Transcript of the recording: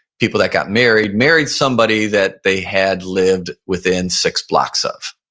people that got married, married somebody that they had lived within six blocks off.